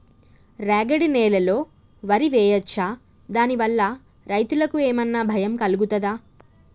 రాగడి నేలలో వరి వేయచ్చా దాని వల్ల రైతులకు ఏమన్నా భయం కలుగుతదా?